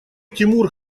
тимур